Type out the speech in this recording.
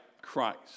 Christ